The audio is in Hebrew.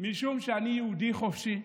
משום שאני יהודי חופשי,